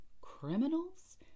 criminals